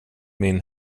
min